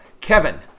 Kevin